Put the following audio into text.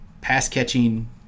pass-catching